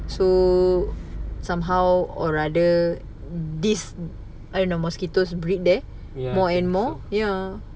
ya I think so